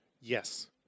Yes